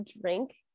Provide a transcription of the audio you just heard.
drink